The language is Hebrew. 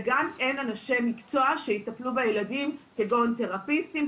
וגם אין אנשי מקצוע שיטפלו בילדים כגון תרפיסטים,